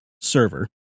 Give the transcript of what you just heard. server